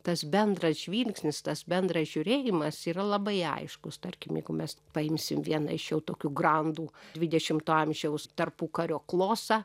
tas bendras žvilgsnis tas bendras žiūrėjimas yra labai aiškus tarkim jeigu mes paimsim vieną iš jau tokių grandų dvidešimto amžiaus tarpukario klosą